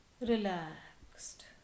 Relaxed